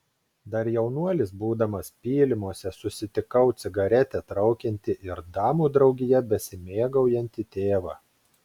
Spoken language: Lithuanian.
dar jaunuolis būdamas pylimuose susitikau cigaretę traukiantį ir damų draugija besimėgaujantį tėvą